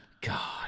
God